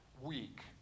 week